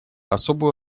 особую